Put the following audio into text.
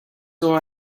who